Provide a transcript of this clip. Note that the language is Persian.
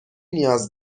نیاز